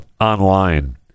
online